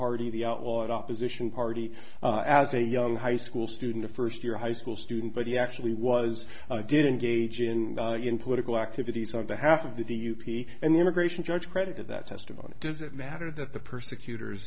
party the outlawed opposition party as a young high school student a first year high school student but he actually was did engage in political activities on behalf of the p and the immigration judge credited that testimony does it matter that the persecut